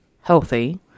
healthy